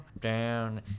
down